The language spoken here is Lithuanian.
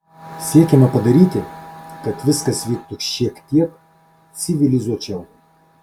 siekiame padaryti kad viskas vyktų šiek tiek civilizuočiau